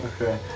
Okay